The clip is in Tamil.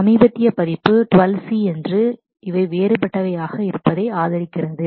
சமீபத்திய பதிப்பு 12 C மற்றும் இவை வேறுபட்டதை ஆதரிக்கிறது